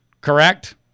correct